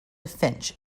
finch